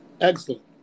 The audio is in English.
Excellent